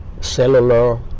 cellular